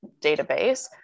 database